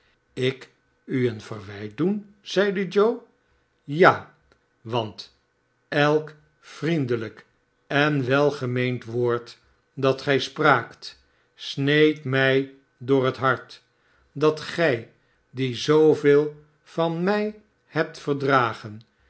ik u een verwijt doen zeide joe ja want elk vriendelijk en weu meenend woord dat gij spraakt sneed mij door het hart dat gij die zooveel van mij hebt verdragen